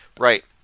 Right